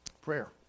Prayer